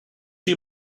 you